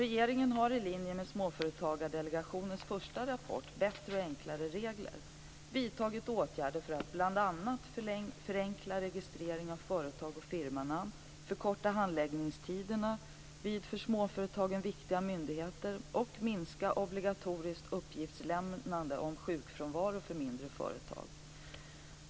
Regeringen har i linje med Småföretagsdelegationens första rapport Bättre och enklare regler vidtagit åtgärder för att bl.a. förenkla registreringen av företag och firmanamn, förkorta handläggningstiderna vid för småföretagen viktiga myndigheter och minska obligatoriskt uppgiftslämnande om sjukfrånvaron för mindre företag.